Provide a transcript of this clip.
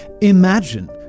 imagine